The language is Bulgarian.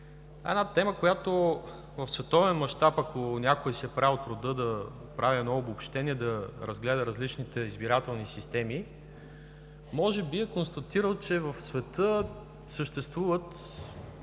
една тема, която в световен мащаб, ако някой си е правил труда да прави обобщение и разгледа различните избирателни системи, може би е констатирал, че в света съществуват